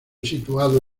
situado